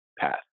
path